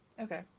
Okay